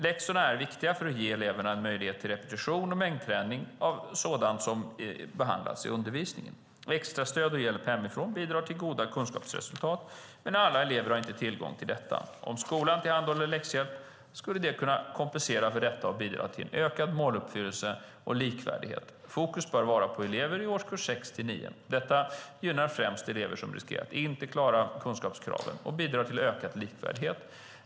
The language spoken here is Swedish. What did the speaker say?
Läxor är viktiga för att ge eleverna möjlighet till repetition och mängdträning av sådant som har behandlats i undervisningen. Extra stöd och hjälp hemifrån bidrar till goda kunskapsresultat, men alla elever har inte tillgång till detta. Om skolan tillhandahåller läxhjälp skulle det kunna kompensera för detta och bidra till ökad måluppfyllelse och likvärdighet. Fokus bör vara på elever i årskurs 6-9. Detta gynnar främst elever som riskerar att inte klara kunskapskraven och bidrar till ökad likvärdighet.